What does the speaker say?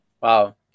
Wow